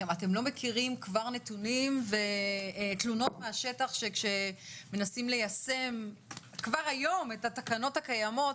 נתונים ותלונות מהשטח כשמנסים ליישם כבר היום את התקנות הקיימות,